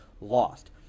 lost